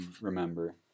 remember